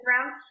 round